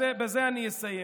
אז בזה אני אסיים.